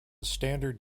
standard